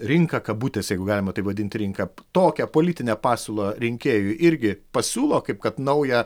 rinką kabutėse jeigu galima tai vadinti rinka tokią politinę pasiūlą rinkėjui irgi pasiūlo kaip kad naują